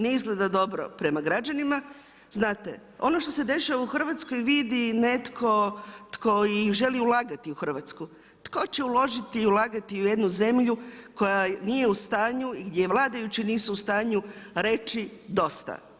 Ne izgleda dobro prema građanima, znate, ono što se dešava u Hrvatskoj vidi netko tko želi ulagati u Hrvatsku, tko će uložiti i u lagati u jednu zemlju koja nije u stanju i gdje vladajući nisu u stanju reći dosta?